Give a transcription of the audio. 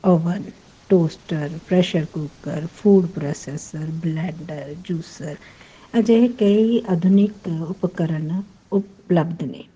oven toaster pressure cooker food processor blender juicer ਅਜਿਹੇ ਕਈ ਆਧੁਨਿਕ ਉਪਕਰਣ ਉਪਲੱਬਧ ਨੇ